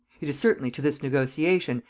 it is certainly to this negotiation,